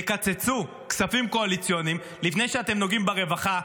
תקצצו כספים קואליציוניים לפני שאתם נוגעים ברווחה,